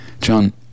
John